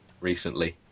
recently